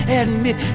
admit